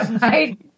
Right